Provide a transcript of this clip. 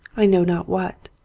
i know not what.